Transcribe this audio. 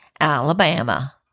Alabama